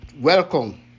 welcome